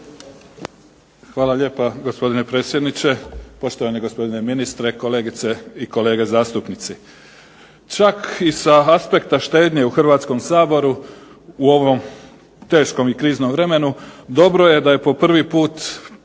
Hvala lijepa. Gospodine predsjedniče, poštovani gospodine ministre, kolegice i kolege zastupnici. Čak i sa aspekta štednje u Hrvatskom saboru u ovom teškom i kriznom vremenu dobro je da je po prvi put